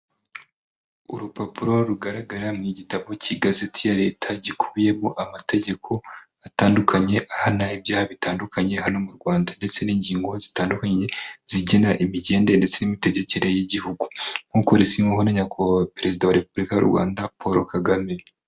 Urupapuro rugaragara mu gitabo cy'igazeti ya leta gikubiyemo amategeko atandukanye ahana ibyaha bitandukanye hano mu Rwanda, ndetse n'ingingo zitandukanye zigena imigende ndetse n'imitegekere y'igihugu, nk'uko risinywaho na nyakubahwa perezida wa repubulika y'u Rwanda Paul Kagame.